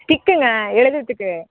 ஸ்டிக்குங்க எழுதுகிறதுக்கு